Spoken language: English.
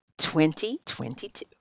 2022